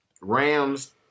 Rams